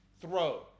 throw